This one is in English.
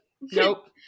nope